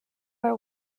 are